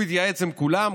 הוא התייעץ עם כולם,